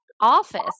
office